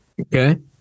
Okay